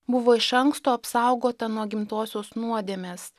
buvo iš anksto apsaugota nuo gimtosios nuodėmės